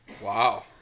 wow